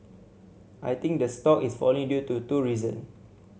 I think the stock is falling due to two reason